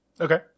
Okay